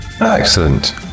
Excellent